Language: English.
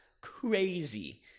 crazy